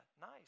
nice